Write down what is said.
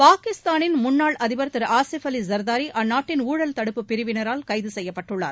பாகிஸ்தானின் முன்னாள் அதிபா் திரு ஆசிப் அல் ஜர்தாரி அந்நாட்டின் ஊழல் தடுப்பு பிரிவினரால் கைது செய்யப்பட்டுள்ளார்